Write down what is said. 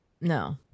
no